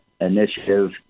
initiative